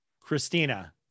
Christina